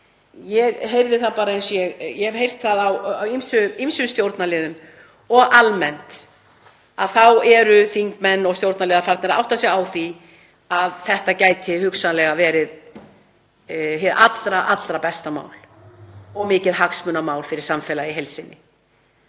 Ég hef heyrt það á ýmsum stjórnarliðum og almennt að þingmenn og stjórnarliðar eru farnir að átta sig á því að þetta gæti hugsanlega verið hið allra besta mál og mikið hagsmunamál fyrir samfélagið í heild sinni.